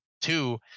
Two